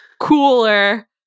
cooler